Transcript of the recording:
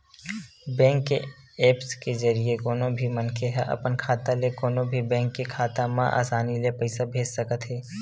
bank के apps के जरिए कोनो भी मनखे ह अपन खाता ले कोनो भी बेंक के खाता म असानी ले पइसा भेज सकत हे